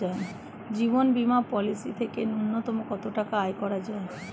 জীবন বীমা পলিসি থেকে ন্যূনতম কত টাকা আয় করা যায়?